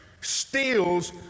steals